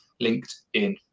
LinkedIn